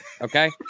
Okay